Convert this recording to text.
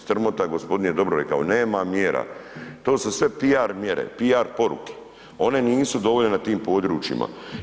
Strmota gospodin je dobro rekao, nema mjera, to su sve PR mjere, PR poruke, one nisu dovoljne na tim područjima.